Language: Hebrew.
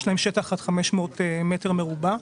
שיש להם שטח של עד 500 מטר מרובע,